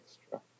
extra